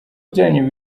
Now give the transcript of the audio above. byanyu